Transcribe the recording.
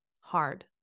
hard